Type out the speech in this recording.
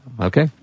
Okay